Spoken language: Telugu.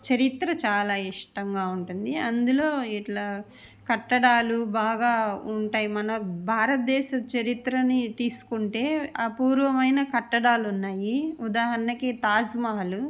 చరిత్ర చాలా ఇష్టంగా ఉంటుంది అందులో ఇట్లా కట్టడాలు బాగా ఉంటాయి మన భారతదేశ చరిత్రని తీసుకుంటే అపూర్వమైన కట్టడాలు ఉన్నాయి ఉదాహరణకి తాజ్మహలు